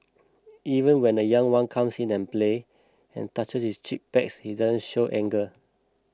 even when the young one comes and play and touch his cheek pads he doesn't show anger